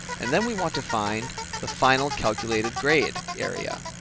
and then we want to find the final calculated grade area.